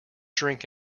drink